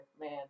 man